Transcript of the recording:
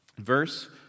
verse